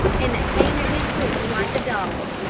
and that came at his whistle like a dog.